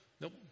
Nope